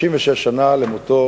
36 שנה למותו